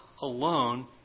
alone